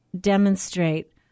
demonstrate